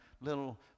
little